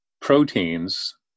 proteins